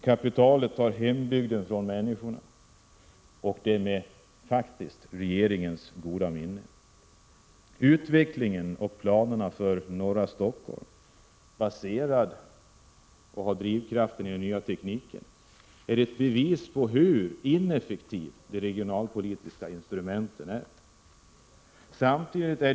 Kapitalet tar hembygden från människorna, och det sker faktiskt med regeringens goda minne. Planerna för norra Stockholm baseras på och har som drivkraft den nya tekniken. Utvecklingen där är ett bevis på hur ineffektiva de regionalpolitiska instrumenten är.